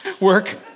Work